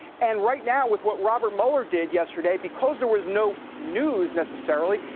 and right now, with what robert mueller did yesterday, because there was no news necessarily,